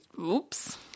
Oops